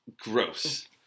Gross